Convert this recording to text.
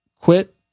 Quit